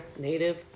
native